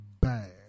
bad